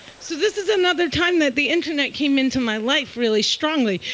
so this is another time that the internet came into my life really strongly.